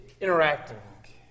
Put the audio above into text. interacting